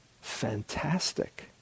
Fantastic